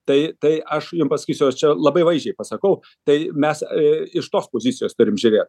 tai tai aš jum pasakysiu čia labai vaizdžiai pasakau tai mes iš tos pozicijos turim žiūrėt